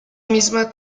misma